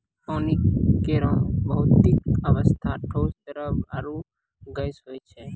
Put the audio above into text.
पानी केरो भौतिक अवस्था ठोस, द्रव्य आरु गैस होय छै